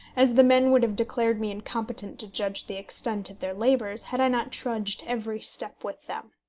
as the men would have declared me incompetent to judge the extent of their labours had i not trudged every step with them.